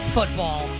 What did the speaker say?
Football